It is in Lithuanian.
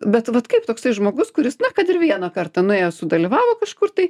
bet vat kaip toksai žmogus kuris na kad ir vieną kartą nuėjęs sudalyvavo kažkur tai